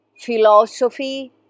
philosophy